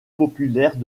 populaires